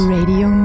Radio